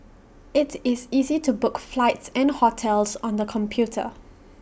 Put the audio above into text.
IT is easy to book flights and hotels on the computer